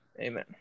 Amen